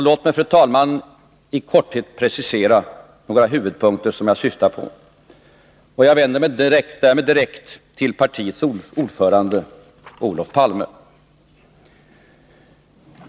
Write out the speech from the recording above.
Låt mig, fru talman, i korthet precisera några huvudpunkter som jag syftar på. Jag vänder mig därmed direkt till partiets ordförande Olof Palme.